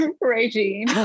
Regine